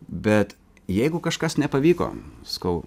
bet jeigu kažkas nepavyko sakau